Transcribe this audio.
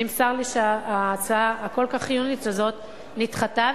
נמסר לי שההצעה הכל-כך חיונית הזאת נדחתה.